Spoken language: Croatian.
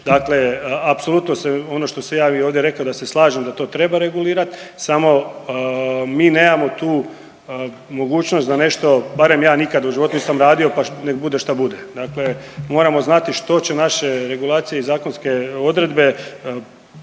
dakle apsolutno se ono što se ja i ovdje rekao da se slažem da to treba regulirati, samo mi nemamo tu mogućnost da nešto, barem ja nikad u životu nisam radio pa nek bude šta bude. Dakle moramo znati što će naše regulacije i zakonske odredbe i